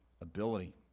ability